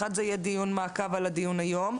אחד זה יהיה דיון מעקב על הדיון היום,